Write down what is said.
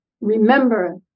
remember